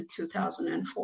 2004